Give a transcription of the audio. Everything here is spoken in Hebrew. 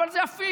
אבל זה הפיך.